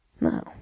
No